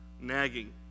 nagging